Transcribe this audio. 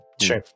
Sure